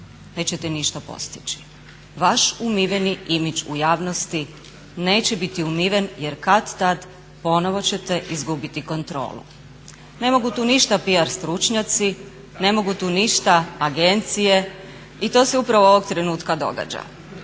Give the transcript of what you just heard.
nećete ništa postići. Vaš umiveni imidž u javnosti neće biti umiven, jer kad-tad ponovno ćete izgubiti kontrolu. Ne mogu tu ništa PR stručnjaci, ne mogu tu ništa agencije i to se upravo ovog trenutka događa.